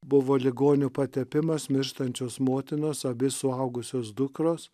buvo ligonio patepimas mirštančios motinos abi suaugusios dukros